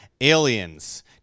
aliens